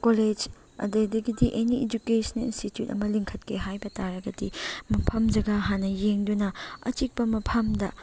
college ꯑꯗꯩꯗꯒꯤꯗꯤ any educational institute ꯑꯃ ꯂꯤꯡꯈꯠꯀꯦ ꯍꯥꯏꯕ ꯇꯥꯔꯒꯗꯤ ꯃꯐꯝ ꯖꯒꯥ ꯍꯥꯟꯅ ꯌꯦꯡꯗꯨꯅ ꯑꯆꯤꯛꯄ ꯃꯐꯝꯗ